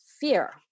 fear